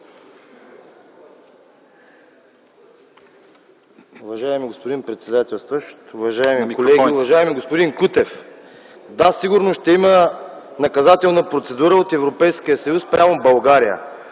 Уважаеми господин председателстващ, уважаеми колеги, уважаеми господин Кутев! Да, сигурно ще има наказателна процедура от Европейския съюз спрямо България.